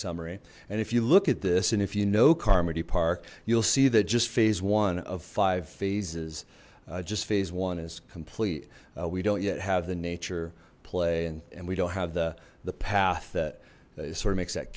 summary and if you look at this and if you know carmody park you'll see that just phase one of five phases just phase one is complete we don't yet have the nature play and and we don't have the the path that sort of makes that